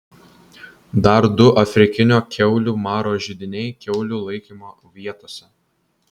dar du afrikinio kiaulių maro židiniai kiaulių laikymo vietose